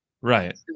Right